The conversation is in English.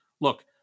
look